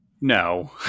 No